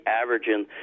averaging